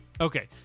Okay